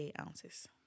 ounces